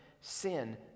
sin